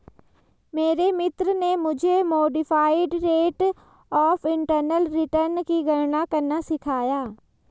मेरे मित्र ने मुझे modified rate of internal return की गणना करना सिखाया